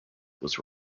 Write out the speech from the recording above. was